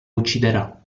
ucciderà